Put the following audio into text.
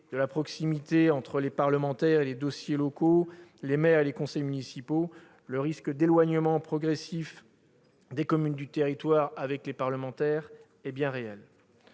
de la proximité entre les parlementaires engagés sur des dossiers locaux et les maires et les conseils municipaux, le risque d'éloignement progressif entre les communes du territoire et le parlementaire est bien réel.